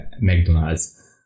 McDonald's